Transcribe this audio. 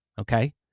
Okay